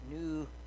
new